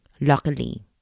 Luckily